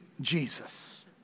Jesus